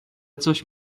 coś